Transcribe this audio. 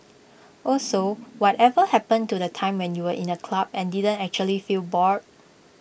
also whatever happened to the time when you were in A club and didn't actually feel bored